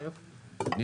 חבר הכנסת בליאק,